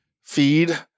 feed